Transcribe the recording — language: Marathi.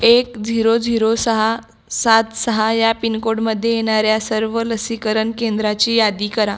एक झिरो झिरो सहा सात सहा या पिनकोडमध्ये येणाऱ्या सर्व लसीकरण केंद्राची यादी करा